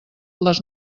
les